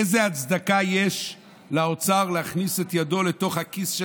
איזו הצדקה יש לאוצר להכניס את ידו לתוך הכיס של